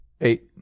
Eight